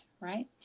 right